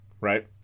right